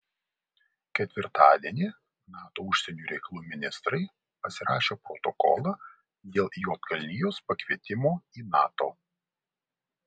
ketvirtadienį nato užsienio reikalų ministrai pasirašė protokolą dėl juodkalnijos pakvietimo į nato